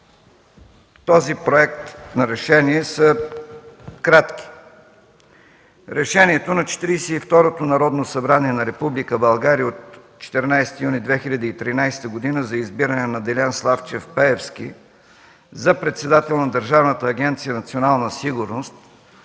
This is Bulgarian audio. този проект на решение са кратки. Решението на Четиридесет и второто Народно събрание на Република България от 14 юни 2013 г. за избиране на Делян Славчев Пеевски за председател на Държавна агенция „Национална сигурност”